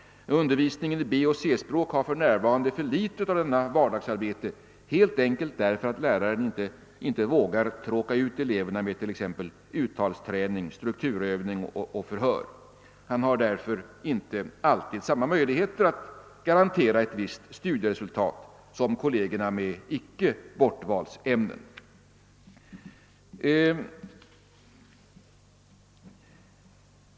I undervisningen i B och C-språk förekommer för närvarande för litet av detta vardagsarbete, helt enkelt därför att läraren inte vågar tråka ut eleverna med t.ex. uttalsträning, strukturövning och förhör. Han har därför inte alltid samma möjligheter att garantera ett visst studieresultat som kollegerna med icke bortvalsämnen.